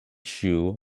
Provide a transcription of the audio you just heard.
shoes